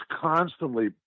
constantly